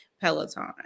Peloton